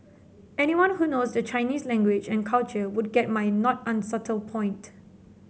anyone who knows the Chinese language and culture would get my not unsubtle point